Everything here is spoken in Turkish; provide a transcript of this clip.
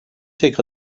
tek